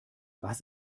was